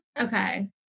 Okay